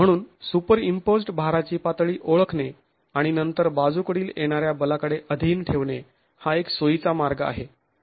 म्हणून सुपरइंम्पोज्ड् भाराची पातळी ओळखणे आणि नंतर बाजूकडील येणाऱ्या बलाकडे अधीन ठेवणे हा एक सोयीचा मार्ग आहे